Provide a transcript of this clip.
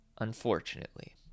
unfortunately